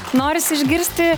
norisi išgirsti